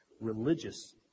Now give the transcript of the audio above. religious